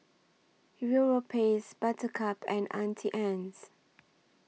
Europace Buttercup and Auntie Anne's